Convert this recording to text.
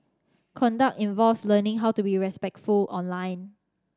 conduct involves learning how to be respectful online